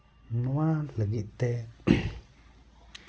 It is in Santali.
ᱱᱚᱣᱟ ᱞᱟᱹᱜᱤᱫ ᱛᱮ